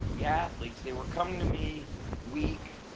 the athletes, they were coming to me weak.